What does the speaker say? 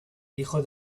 hijo